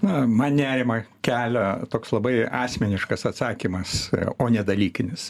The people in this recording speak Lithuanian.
na man nerimą kelia toks labai asmeniškas atsakymas o ne dalykinis